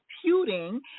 computing